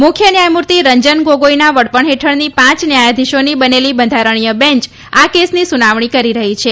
મુખ્ય ન્યાયમૂર્તિ રંજન ગોગોઇનના વડપણ હેઠળની પાંચ ન્યાયાધીશોની બનેલી બંધારણીય બેંંચ આ કેસની સુનાવણી કરી રહી છે